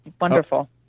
wonderful